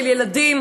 של ילדים,